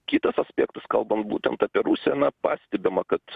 kitas aspektas kalbant būtent apie rusiją na pastebima kad